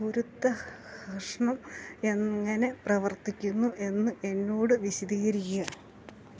ഗുരുത്വാകർഷണം എങ്ങനെ പ്രവർത്തിക്കുന്നുവെന്ന് എന്നോട് വിശദീകരിക്കുക